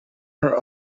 her